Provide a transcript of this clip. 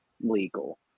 legal